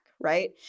right